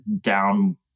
down